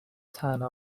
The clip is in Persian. طعنه